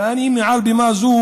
ואני מעל במה זו